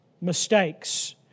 mistakes